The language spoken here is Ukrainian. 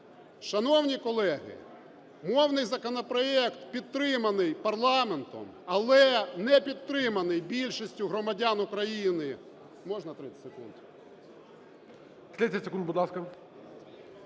Шановні колеги, мовний законопроект підтриманий парламентом, але не підтриманий більшістю громадян України…